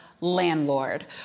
Landlord